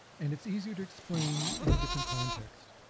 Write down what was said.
and it's easier to explain in a different context.